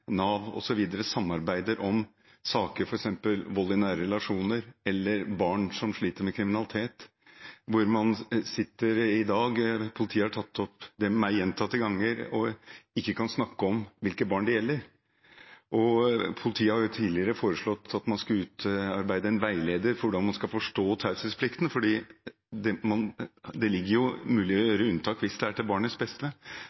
Nav osv. samarbeider om saker, f.eks. om vold i nære relasjoner eller barn som sliter med kriminalitet, der man i dag ikke kan snakke om hvilke barn det gjelder. Politiet har tatt dette opp med meg gjentatte ganger og har tidligere foreslått at man skal utarbeide en veileder for hvordan man skal forstå taushetsplikten, for det foreligger jo en mulighet for å gjøre unntak hvis det er til barnets beste.